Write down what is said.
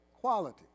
quality